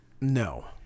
No